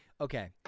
okay